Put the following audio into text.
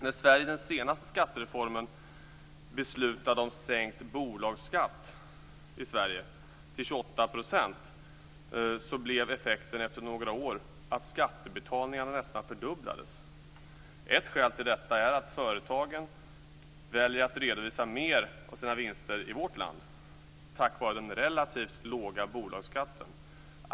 När Sverige i den senaste skattereformen beslutade om sänkt bolagsskatt till 28 % blev effekten efter några år att skatteinbetalningarna nästan fördubblades. Ett skäl till detta är att företagen väljer att redovisa mer av sina vinster i vårt land tack vare den relativt låga bolagsskatten.